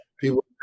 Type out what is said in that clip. people